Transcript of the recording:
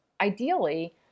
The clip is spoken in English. ideally